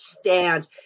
stands